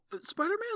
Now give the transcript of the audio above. Spider-Man